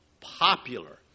popular